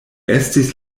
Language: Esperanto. estis